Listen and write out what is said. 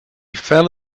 fell